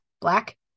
black